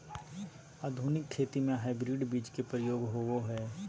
आधुनिक खेती में हाइब्रिड बीज के प्रयोग होबो हइ